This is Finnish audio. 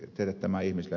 sitten tämä ed